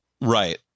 Right